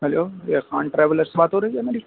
hello یہ Khan traveller سے بات ہو رہی ہے میری